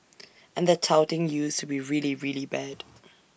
and the touting used to be really really bad